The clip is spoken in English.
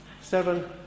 seven